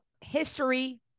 history